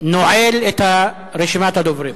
נועל את רשימת הדוברים.